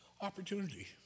opportunity